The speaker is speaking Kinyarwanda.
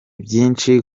byinshi